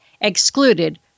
excluded